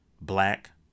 black